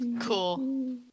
Cool